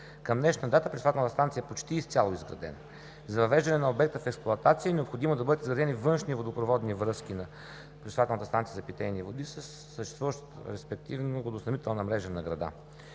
Към днешна дата пречиствателната станция е почти изцяло изградена. За въвеждане на обекта в експлоатация е необходимо да бъдат изградени външни водопроводни връзки на пречиствателната станция за питейни води със съществуващата респективно водоснабдителна мрежа на града.